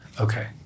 Okay